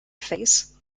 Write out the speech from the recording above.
face